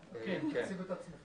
כן, בבקשה, תציג את עצמך.